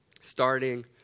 starting